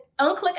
unclick